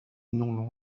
non